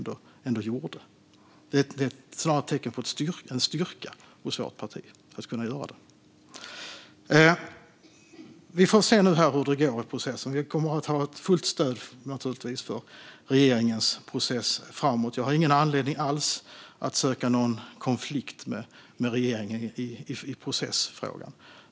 Det är snarare tecken på en styrka hos vårt parti att kunna göra det. Vi får se hur det går i processen. Vi kommer naturligtvis att ge regeringens process fullt stöd framåt. Jag har ingen anledning att söka konflikt med regeringen i processfrågan.